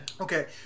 Okay